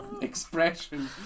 expression